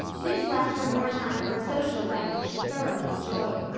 this left her more time for a social life which she thoroughly enjoyed.